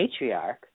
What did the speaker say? matriarch